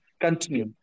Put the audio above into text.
continue